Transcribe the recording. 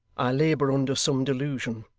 i labour under some delusion.